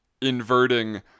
inverting